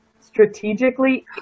strategically